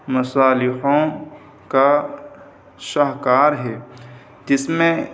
مصالحوں کا شاہکار ہے جس میں